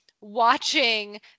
watching